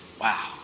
Wow